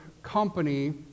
Company